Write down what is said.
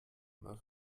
immer